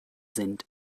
sind